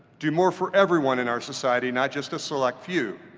do more for everyone in our society, not just a select few.